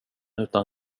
utan